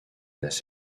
this